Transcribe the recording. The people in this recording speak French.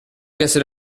casser